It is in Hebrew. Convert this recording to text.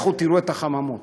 לכו תראו את החממות,